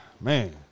Man